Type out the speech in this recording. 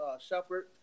Shepherd